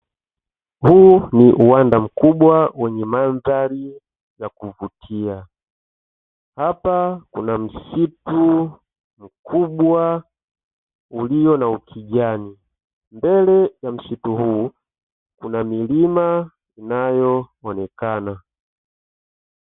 Huu ni uwanda mkubwa wenye mandhari ya kuvutia, hapa kuna msitu mkubwa ulio na ukijani, mbele ya msitu huu kuna milima inayoonekana.